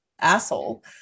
asshole